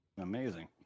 amazing